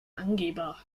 angeber